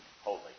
holy